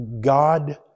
God